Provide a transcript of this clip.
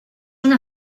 una